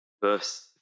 verse